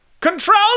control